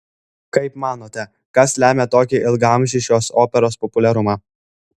kaip manote kas lemia tokį ilgaamžį šios operos populiarumą